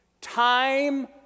time